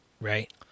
Right